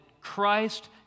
Christ